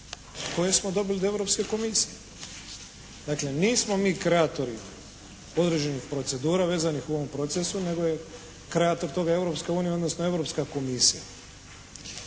koje smo dobili do Europske Komisije. Dakle, nismo mi kreatori određenih procedura vezanih u ovom procesu, nego je kreator toga Europska unija, odnosno Europska Komisija.